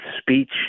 speech